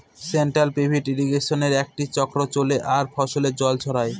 central pivot ইর্রিগেশনে একটি চক্র চলে আর ফসলে জল ছড়ায়